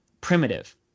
primitive